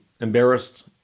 embarrassed